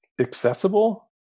accessible